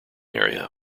area